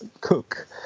cook